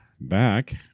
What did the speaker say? back